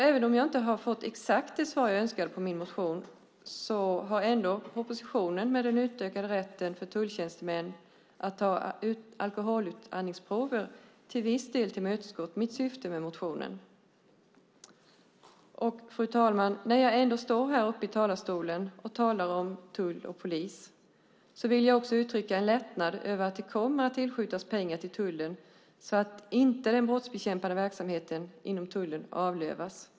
Även om jag inte har fått exakt det svar jag önskade på min motion har ändå oppositionen med den utökade rätten för tulltjänstemän att ta alkoholutandningsprover till viss del tillmötesgått mitt syfte med motionen. Fru talman! När jag ändå står häruppe i talarstolen och talar om tull och polis vill jag också uttrycka en lättnad över att det kommer att tillskjutas pengar, så att inte den brottsbekämpande verksamheten inom tullen avlövas.